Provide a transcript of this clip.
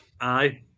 Aye